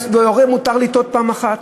להורה מותר לטעות פעם אחת,